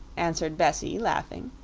answered bessie, laughing,